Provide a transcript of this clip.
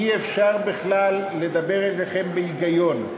אי-אפשר בכלל לדבר אליכם בהיגיון.